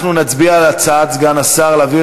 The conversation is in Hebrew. אנחנו נצביע על הצעת סגן השר להעביר